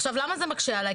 עכשיו למה זה מקשה עליי,